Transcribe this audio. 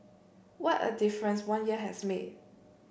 what a difference one year has made